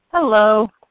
Hello